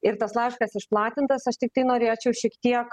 ir tas laiškas išplatintas aš tiktai norėčiau šiek tiek